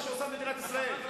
זה מה שעושה מדינת ישראל.